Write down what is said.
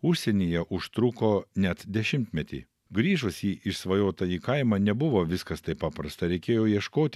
užsienyje užtruko net dešimtmetį grįžus į išsvajotąjį kaimą nebuvo viskas taip paprasta reikėjo ieškoti